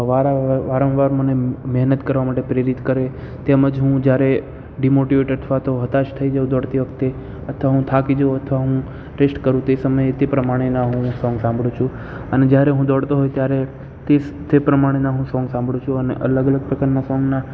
વારં અ વાંરવાર મને મહેનત કરવા માટે પ્રેરિત કરે તેમજ હું જ્યારે ડિમોટિવેટ અથવા તો હતાશ થઈ જઉં દોડતી વખતે અથવા હું થાકી જઉં અથવા હું ટેસ્ટ કરું તે સમયે તે પ્રમાણેના હું સોંગ સાંભળું છું અને જ્યારે હું દોડતો હોય ત્યારે તીસ તે પ્રમાણેના હું સોંગ સાંભળું છું અને અલગ અલગ પ્રકારના સોંગના